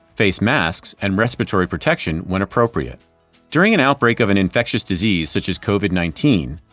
face masks and respiratory protection when appropriate during an outbreak of an infectious disease, such as covid nineteen,